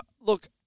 look